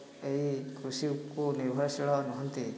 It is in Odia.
ଏହି କୃଷିକୁ ନିର୍ଭରଶୀଳ ନୁହନ୍ତି